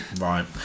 Right